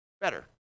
better